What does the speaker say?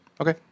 Okay